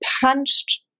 punched